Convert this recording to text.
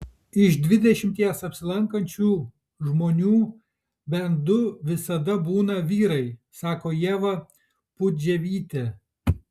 iš dvidešimties apsilankančių žmonių bent du visada būna vyrai sako ieva pudževytė